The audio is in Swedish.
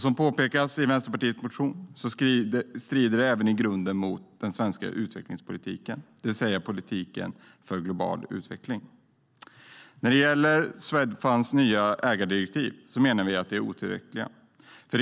Som påpekas i Vänsterpartiets motion strider det även i grunden mot den svenska utvecklingspolitiken, det vill säga politiken för global utveckling. Vi menar att Swedfunds nya ägardirektiv är otillräckliga.